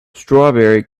strawberry